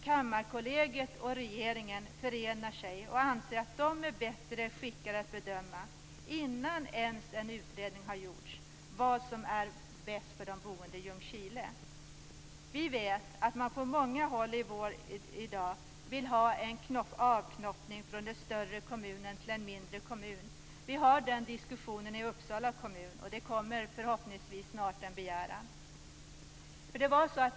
Kammarkollegiet och regeringen förenar sig och anser - innan en utredning ens har gjorts - att de är bättre skickade att bedöma vad som är bäst för de boende i Ljungskile. Vi vet att man på många håll i dag vill ha en avknoppning från den större kommunen till en mindre kommun. Vi har den diskussionen i Uppsala kommun, och det kommer förhoppningsvis snart en begäran.